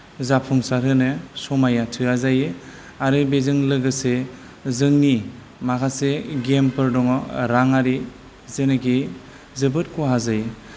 जाफुंसार होनो समाया थोया जायो आरो बेजों लोगोसे जोंनि माखासे गेमफोर दङ राङारि जेनेकि जोबोद खहा जायो